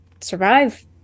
survive